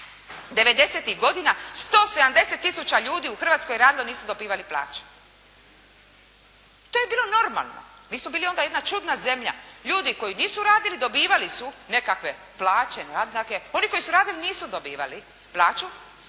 90-tih godina, 170 tisuća ljudi u Hrvatskoj je radilo, nisu dobivali plaće. To je bilo normalno. Mi smo bili onda jedna čudna zemlja. Ljudi koji nisu radili dobivali su nekakve plaće, naknade, oni koji su radili nisu dobivali plaću.